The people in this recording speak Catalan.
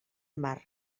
mar